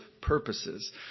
purposes